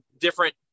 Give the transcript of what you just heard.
different